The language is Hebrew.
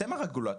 אתם הרגולטור.